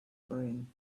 brain